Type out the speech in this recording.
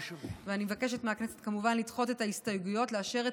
ואני מבקשת מהכנסת כמובן לדחות את ההסתייגויות ולאשר את